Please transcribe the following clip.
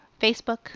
Facebook